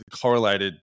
correlated